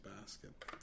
basket